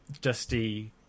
dusty